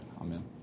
Amen